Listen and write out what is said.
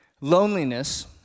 Loneliness